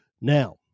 Now